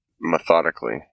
methodically